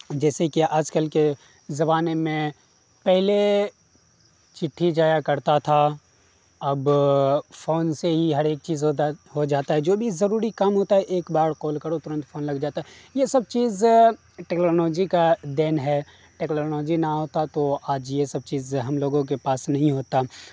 جیسے کہ آج کل کے زمانے میں پہلے چٹھی جایا کڑتا تھا اب فون سے ہی ہر ایک چیز ہو جاتا ہے جو بھی ضروری کام ہوتا ہے ایک بار کال کرو ترنت فون لگ جاتا ہے یہ سب چیز ٹیکلانوجی کا دین ہے ٹیکلانوجی نہ ہوتا تو آج یہ سب چیزیں ہم لوگوں کے پاس نہیں ہوتا